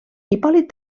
hipòlit